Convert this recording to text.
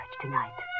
tonight